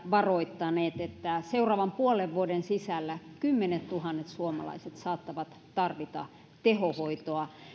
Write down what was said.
varoittaneet että seuraavan puolen vuoden sisällä kymmenettuhannet suomalaiset saattavat tarvita tehohoitoa